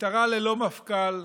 משטרה ללא מפכ"ל,